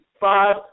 five